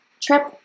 trip